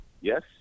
Yes